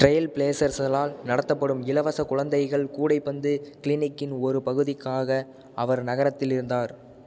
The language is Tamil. ட்ரயல் ப்ளேசர்சலால் நடத்தப்படும் இலவச குழந்தைகள் கூடைப்பந்து க்ளினிக்கின் ஒரு பகுதிக்காக அவர் நகரத்தில் இருந்தார்